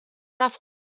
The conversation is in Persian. رفت